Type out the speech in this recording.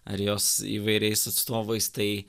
ar jos įvairiais atstovais tai